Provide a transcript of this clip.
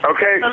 Okay